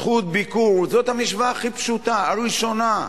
זכות ביקור, זו המשוואה הכי פשוטה, הראשונה.